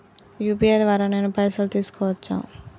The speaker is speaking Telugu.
యూ.పీ.ఐ ద్వారా నేను పైసలు తీసుకోవచ్చా?